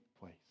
place